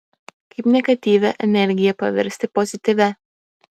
kaip negatyvią energiją paversti pozityvia